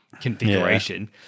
configuration